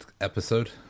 episode